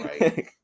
right